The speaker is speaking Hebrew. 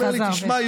אומר לי: תשמע,